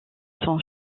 son